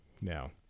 now